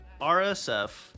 RSF